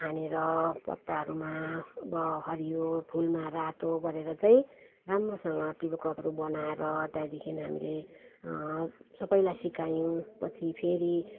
छानेर पत्तारूमा अब हरियो फुलमा रातो गरेर चाहिँ राम्रोसँग पिलो कभर बनाएर त्यहाँदेखि हामीले सबैलाई सिकायौँ पछि फेरि